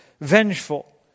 vengeful